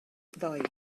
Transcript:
ddoe